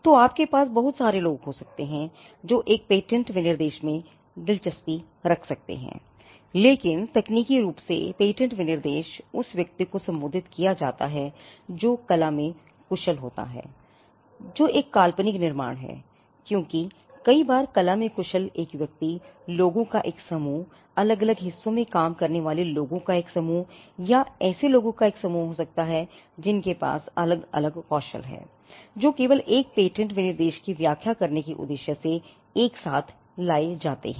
तो आपके पास बहुत सारे लोग हो सकते हैं जो एक पेटेंट विनिर्देश में दिलचस्पी ले सकते हैं लेकिन तकनीकी रूप से पेटेंट विनिर्देश उस व्यक्ति को सम्बोधित किया जाता है जो कला में कुशल होता है जो एक काल्पनिक निर्माण है क्योंकि कई बार कला में कुशल एक व्यक्ति लोगों का एक समूह यह अलग अलग हिस्सों में काम करने वाले लोगों का एक समूह या ऐसे लोगों का एक समूह हो सकता है जिनके पास अलग अलग कौशल हैं जो केवल एक पेटेंट विनिर्देश की व्याख्या करने के उद्देश्य से एक साथ लाए जाते हैं